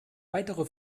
weitere